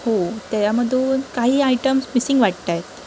हो त्याच्यामधून काही आयटम्स मिसिंग वाटत आहेत